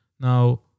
Now